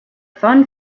fun